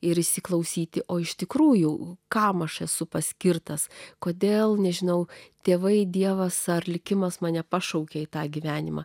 ir įsiklausyti o iš tikrųjų kam aš esu paskirtas kodėl nežinau tėvai dievas ar likimas mane pašaukė į tą gyvenimą